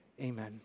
amen